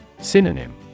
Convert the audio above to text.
Synonym